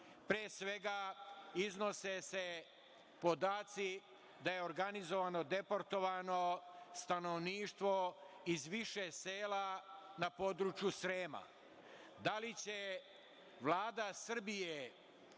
svega iznose se podaci da je organizovano deportovano stanovništvo iz više sela na području Srema. Da li će Vlada Srbije